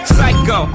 Psycho